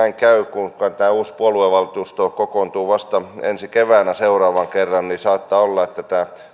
käy kun tämä uusi puoluevaltuusto kokoontuu vasta ensi keväänä seuraavan kerran niin saattaa olla että tämä